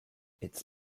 its